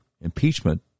Impeachment